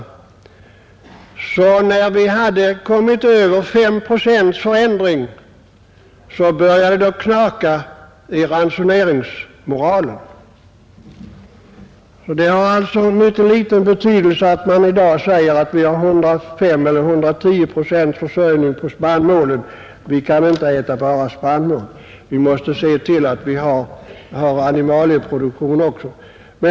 Men när vi hade lyckats ändra konsumtionen något över fem procent, så började det knaka i ransoneringsmoralen. Det har därför mycket ringa betydelse att vi i dag har 105 eller 110 procents självförsörjning på spannmål. Vi kan inte äta bara spannmål. Vi måste ha en animalieproduktion också.